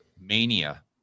mania